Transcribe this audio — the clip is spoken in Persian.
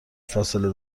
فاصله